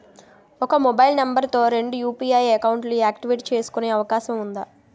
ఒక mobile number తో రెండు యు.పి.ఐ అకౌంట్స్ యాక్టివేట్ చేసుకునే అవకాశం వుందా?